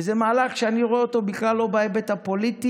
זה מהלך שאני רואה אותו בכלל לא בהיבט הפוליטי,